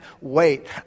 wait